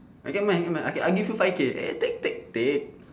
okay mine nevermind lah okay I give you five K ah take take take